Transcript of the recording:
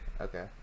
Okay